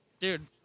dude